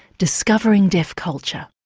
discovering deaf culture.